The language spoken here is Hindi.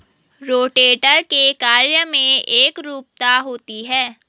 रोटेटर के कार्य में एकरूपता होती है